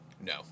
No